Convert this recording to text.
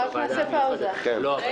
אבל כרגע הוועדה המיוחדת לא מתכנסת.